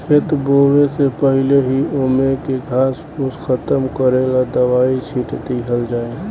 खेत बोवे से पहिले ही ओमे के घास फूस खतम करेला दवाई छिट दिहल जाइ